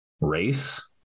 race